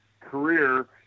career